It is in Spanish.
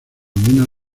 minas